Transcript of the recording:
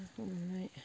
ना हमनाय